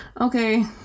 okay